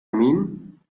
mean